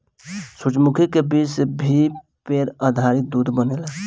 सूरजमुखी के बीज से भी पेड़ आधारित दूध बनेला